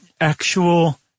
actual